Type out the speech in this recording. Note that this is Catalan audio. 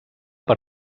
per